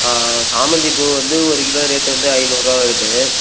ஆ சாமந்திப்பூ வந்து ஒரு கிலோ ரேட்டு வந்து ஐந்நூறு ரூபா வருது